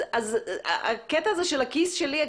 אז הקטע הזה של הכיס שלי,